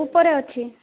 ଉପରେ ଅଛି